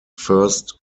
first